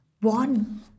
one